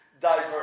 diverse